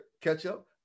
ketchup